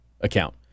account